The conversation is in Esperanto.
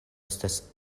estas